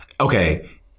Okay